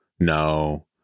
No